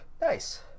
nice